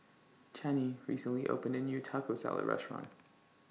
Chanie recently opened A New Taco Salad Restaurant